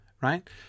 right